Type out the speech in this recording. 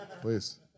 please